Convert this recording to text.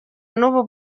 n’ubu